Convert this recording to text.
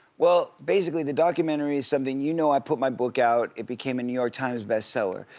well basically the documentary is something, you know i put my book out, it became a new york times best seller.